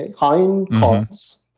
and high in carbs,